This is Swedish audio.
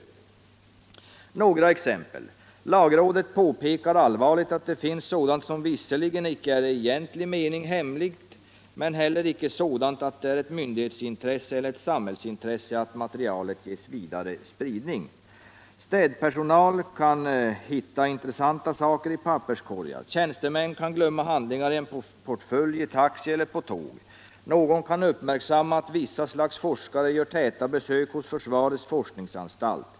Några exempel. Lagrådet påpekar allvarligt att det finns sådant som visserligen icke är i egentlig mening hemligt men ”heller icke sådant att det är ett myndighetsintresse eller samhällsintresse” att materialet ges vid spridning. Städpersonal kan hitta intressanta saker i papperskorgar. Tjänstemän kan glömma handlingar i en portfölj i taxi eller på tåg. Någon kan uppmärksamma att vissa slags forskare gör täta besök hos Försvarets forskningsanstalt.